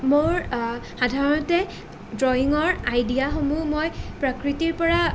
মোৰ সাধাৰণতে ড্ৰয়িঙৰ আইডিয়াসমূহ মই প্ৰকৃতিৰ পৰা